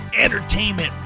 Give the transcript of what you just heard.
entertainment